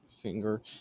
finger